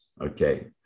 Okay